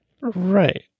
Right